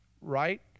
right